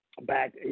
back